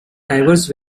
diverse